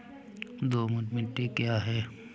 दोमट मिट्टी क्या है?